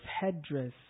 headdress